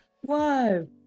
Whoa